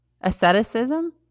Asceticism